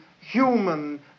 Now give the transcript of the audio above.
human